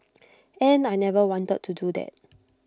and I never wanted to do that